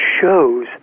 shows